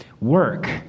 work